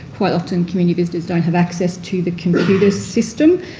quite often community visitors don't have access to the computer system.